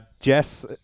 Jess